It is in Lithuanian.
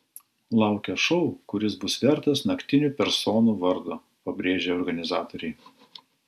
laukia šou kuris bus vertas naktinių personų vardo pabrėžė organizatoriai